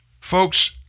Folks